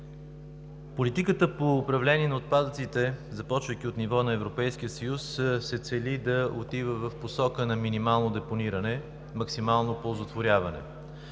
политиката по управление на отпадъците, започвайки от ниво на Европейския съюз, се цели да отива в посока на минимално депониране – максимално оползотворяване.